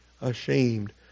ashamed